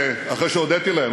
אחרי שהודיתי להם,